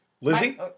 Lizzie